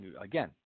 again